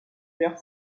perd